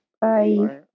Bye